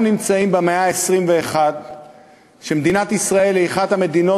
אנחנו נמצאים במאה ה-21 כשמדינת ישראל היא אחת המדינות